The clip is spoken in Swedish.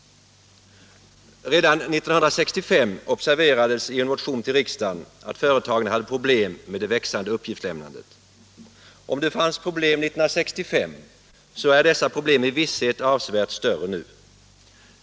Redan 1965 observerades i en motion till riksdagen att företagen hade problem med det växande uppgiftslämnandet. Om det fanns problem 1965, så är dessa problem med visshet avsevärt större nu.